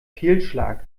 fehlschlag